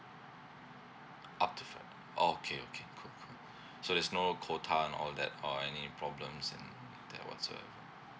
up to five oh okay okay cool cool so there's no quota and all that or any problems and that whatsoever